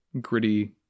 gritty